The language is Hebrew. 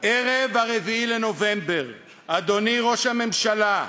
ערב ה-4 בנובמבר, אדוני ראש הממשלה,